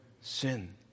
sin